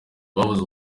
babuze